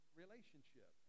relationship